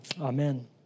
Amen